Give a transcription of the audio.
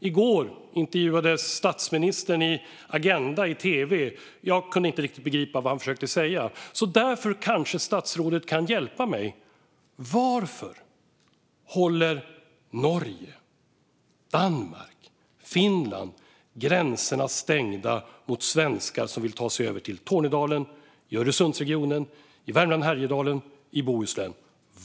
I går intervjuades statsministern i Agenda i tv. Jag kunde inte riktigt begripa vad han försökte säga, så statsrådet kanske kan hjälpa mig: Varför håller Norge, Danmark och Finland gränserna stängda för svenskar som vill ta sig över i Tornedalen, i Öresundsregionen, i Värmland, i Härjedalen och i Bohuslän?